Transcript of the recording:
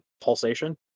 pulsation